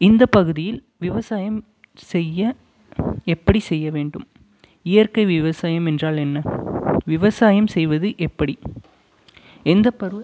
இந்த பகுதியில் விவசாயம் செய்ய எப்படி செய்ய வேண்டும் இயற்கை விவசாயம் என்றால் என்ன விவசாயம் செய்வது எப்படி எந்தப்பருவ